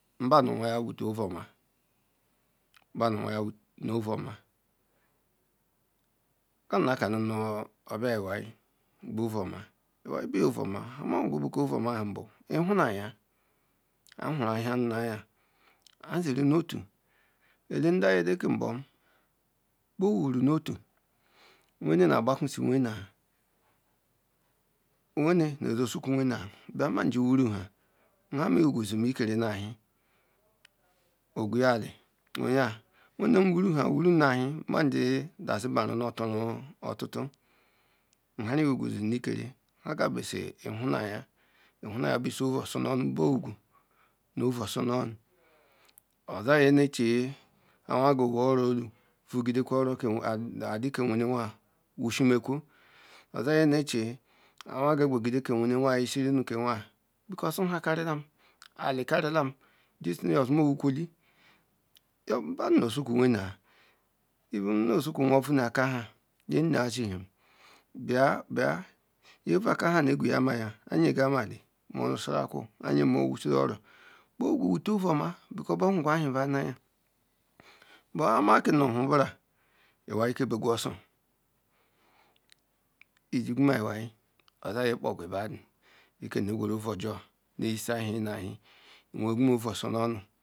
badu huga hate ovuoma, badu huga hate ovuoma ka ina kahum nu iwai bu ovueme. nhabukor ovuoma bu ihunaya anuhua ihianu nu aya a nu ziri nu otu elendai eleke mbom bo wuru no otu wene na hba kwuji wenna wenne ze sukwu wena bia manji wuru ha ham iwugu zina ekere nu ahi ogweya dazu ha werem wuru ham manji dazira no tuba otutu ham iwu zim ekere Haka busi ihinaye ihinaye busi ouusorro nu ozuneja wugo oro olu neehe ha ozi ouugide ke wenawa wushi mkwu ozi nye Neche Awiya Nugede ke wene awuja yi gi oh nu ke awiya aleka nlam jinu sunim osimowukucli badu nu osu kwu weme Ayennea Nye ouu aka ha ma gwiga moya bea nyega ahoiya ali mo wusiri oro wite ouu oma borwu wite ouuoma bo huru ehi ba naija nha ma korohu mbra iwai ke bege ojor ejigwuma iwai ozia nye kpori badu ike ouu jo nyisiga nu ehie eweguma ouu oso nonu